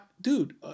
dude